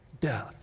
death